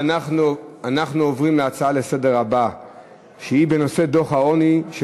אנחנו עוברים להצעות לסדר-היום מס' 4270 ו-4271,